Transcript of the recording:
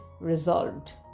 resolved